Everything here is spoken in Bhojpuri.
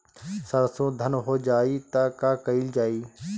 सरसो धन हो जाई त का कयील जाई?